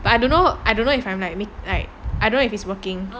but I don't know I don't know if I'm like mak~ I don't know if it's working